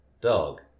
dog